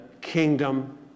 kingdom